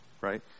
Right